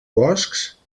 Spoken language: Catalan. boscs